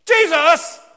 Jesus